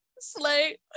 Slay